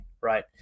Right